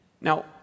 Now